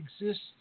exists